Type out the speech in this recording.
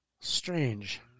Strange